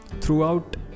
throughout